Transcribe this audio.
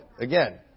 again